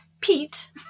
Pete